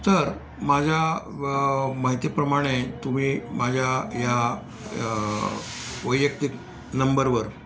तर माझ्या ब माहितीप्रमाणे तुम्ही माझ्या या वैयक्तिक नंबरवर